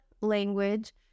language